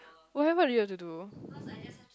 what had ever you have to do